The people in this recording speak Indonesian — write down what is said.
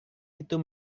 itu